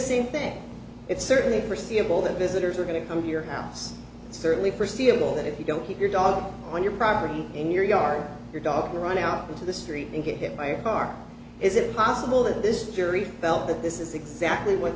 same thing it's certainly forseeable that visitors are going to come to your house and certainly first feel that if you don't keep your dog on your property in your yard your dog run out into the street and get hit by a car is it possible that this jury felt that this is exactly what